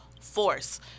force